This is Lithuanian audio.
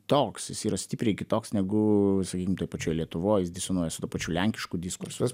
toks jis yra stipriai kitoks negu sakykim toj pačioj lietuvoj jis disonuoja su tuo pačiu lenkišku diskursu